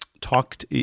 talked